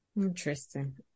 Interesting